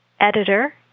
editor